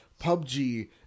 PUBG